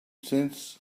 since